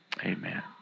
Amen